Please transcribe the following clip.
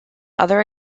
other